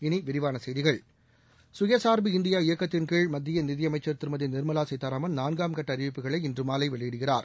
இனி விரிவான செய்திகள் சுயசார்பு இந்தியா இயக்கத்தின் கீழ் மத்திய நிதியமைச்ச்ன் திருமதி நிர்மலா சீதாராமன் நான்காம் கட்ட அறிவிப்புகளை இன்று மாலை வெளியிடுகிறார்